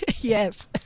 Yes